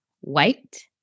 white